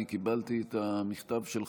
אני קיבלתי את המכתב שלך,